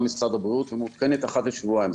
משרד הבריאות ומעודכנת אחת לשבועיים.